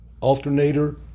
alternator